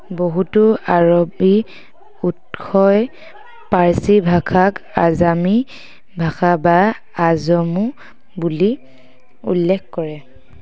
বহুতো আৰবী উৎসই পাৰ্চী ভাষাক আজামী ভাষা বা আজমো বুলি উল্লেখ কৰে